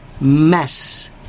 mess